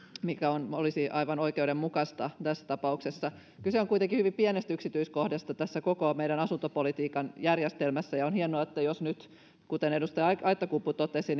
mikä olisi aivan oikeudenmukaista tässä tapauksessa kyse on kuitenkin hyvin pienestä yksityiskohdasta tässä koko meidän asuntopolitiikan järjestelmässä ja on hienoa jos nyt kuten edustaja aittakumpu totesi